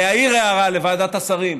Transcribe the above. להעיר הערה לוועדת השרים,